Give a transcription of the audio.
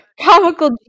Comical